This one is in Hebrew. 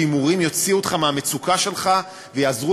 שהימורים יוציאו אותך מהמצוקה שלך ויעזרו